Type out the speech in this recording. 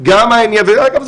גם העניין אגב,